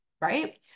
right